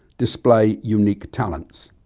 display unique talents.